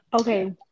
Okay